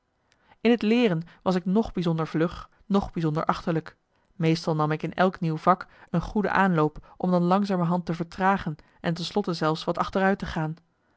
in het leeren was ik noch bijzonder vlug noch bijzonder achterlijk meestal nam ik in elk nieuw vak een goede aanloop om dan langzamerhand te vertragen en ten slotte zelfs wat achteruit te gaan